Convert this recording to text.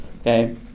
okay